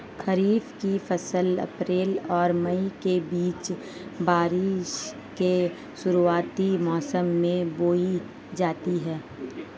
खरीफ़ की फ़सल अप्रैल और मई के बीच, बारिश के शुरुआती मौसम में बोई जाती हैं